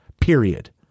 Period